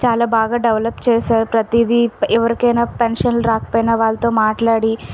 చాలా బాగా డెవలప్ చేసారు ప్రతీదీ పె ఎవరికైనా పెన్షన్లు రాకపోయినా వాళ్ళతో మాట్లాడి